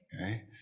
Okay